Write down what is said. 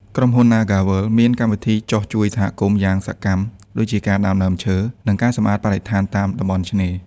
ក្រុមហ៊ុន ណាហ្គាវើលដ៍ (NagaWorld) មានកម្មវិធីចុះជួយសហគមន៍យ៉ាងសកម្ម ដូចជាការដាំដើមឈើ និងការសម្អាតបរិស្ថានតាមតំបន់ឆ្នេរ។